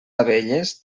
abelles